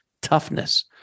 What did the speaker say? toughness